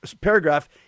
paragraph